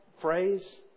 phrase